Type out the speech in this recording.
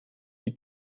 die